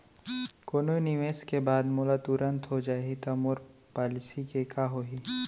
कोनो निवेश के बाद मोला तुरंत हो जाही ता मोर पॉलिसी के का होही?